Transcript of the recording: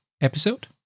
episode